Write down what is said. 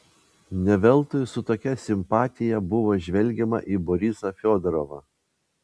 ne veltui su tokia simpatija buvo žvelgiama į borisą fiodorovą